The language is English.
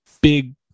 big